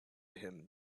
him